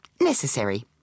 Necessary